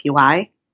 UI